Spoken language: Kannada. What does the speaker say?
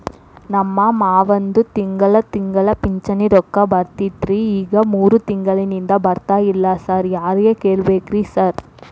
ನಮ್ ಮಾವಂದು ತಿಂಗಳಾ ತಿಂಗಳಾ ಪಿಂಚಿಣಿ ರೊಕ್ಕ ಬರ್ತಿತ್ರಿ ಈಗ ಮೂರ್ ತಿಂಗ್ಳನಿಂದ ಬರ್ತಾ ಇಲ್ಲ ಸಾರ್ ಯಾರಿಗ್ ಕೇಳ್ಬೇಕ್ರಿ ಸಾರ್?